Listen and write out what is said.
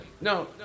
No